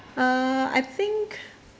uh I think